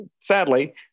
sadly